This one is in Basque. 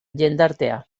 jendartea